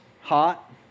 hot